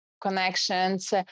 connections